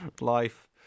life